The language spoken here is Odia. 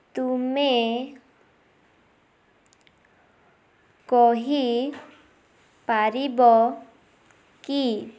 ତୁମେ କହିପାରିବ କି